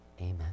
Amen